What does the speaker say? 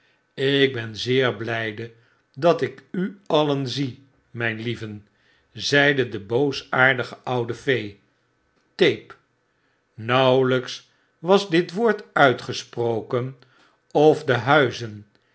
ik ben zeer blyde dat ik u alien zie myn lieven zeide de boosaardige oude fee tape nauwelyks was dit woord uitgesproken of de huizen